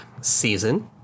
season